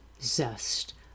zest